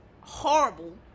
horrible